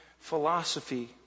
Philosophy